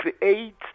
create